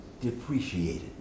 depreciated